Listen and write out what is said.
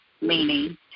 meaning